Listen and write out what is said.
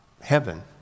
heaven